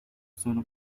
solo